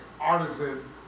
artisan